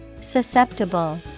Susceptible